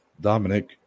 Dominic